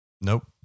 Nope